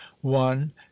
one